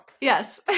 Yes